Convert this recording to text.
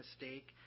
mistake